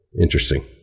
Interesting